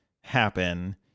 happen